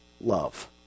love